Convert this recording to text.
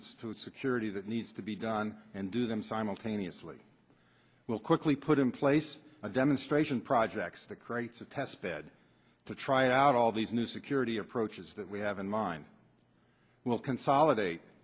food security that needs to be done and do them simultaneously will quickly put in place a demonstration projects that creates a test bed to try out all these new security approaches that we have in mind will consolidate